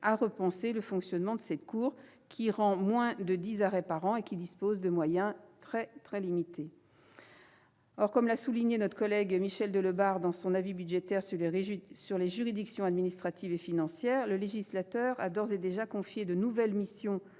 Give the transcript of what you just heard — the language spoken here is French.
à repenser le fonctionnement de cette cour qui rend moins de dix arrêts par an et dispose de moyens très limités. Or, comme l'a souligné Michel Delebarre dans son avis budgétaire sur les juridictions administratives et financières, le législateur a d'ores et déjà confié de nouvelles missions